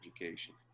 education